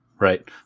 right